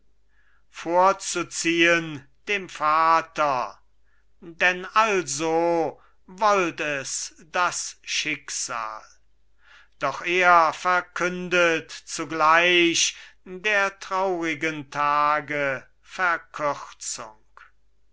vorzuziehen dem vater denn also wollt es das schicksal doch er verkündet zugleich der traurigen tage verkürzung